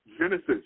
Genesis